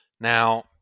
Now